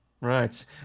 Right